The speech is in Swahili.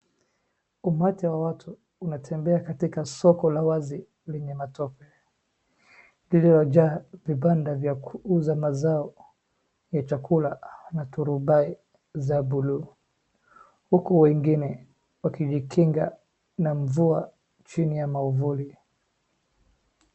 Umati wa watu unatembea katika soko la wazi lenye matope, lililojaa vibanda vya kuuza mazao ya chakula na dhurubai za bluu, huku wengine wakijikinga na mvua chini ya mwavuli.